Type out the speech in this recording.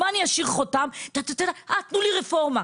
במה הוא ישאיר חותם אה, תנו לי רפורמה.